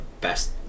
best